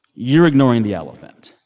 you're ignoring the elephant?